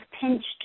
pinched